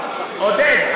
עודד,